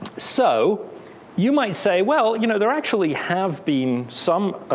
so you might say, well you know there actually have been some